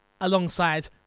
alongside